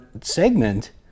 segment